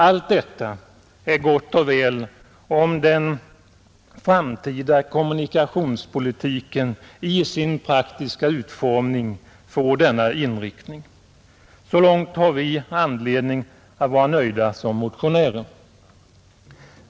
Allt detta är gott och väl om den framtida kommunikationspolitiken i sin praktiska utformning får denna inriktning. Så långt har vi anledning vara nöjda som motionärer.